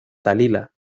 dalila